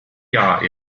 jahr